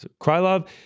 Krylov